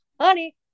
Honey